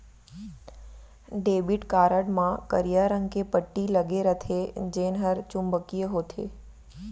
debit card म करिया रंग के पट्टी लगे रथे जेन हर चुंबकीय होथे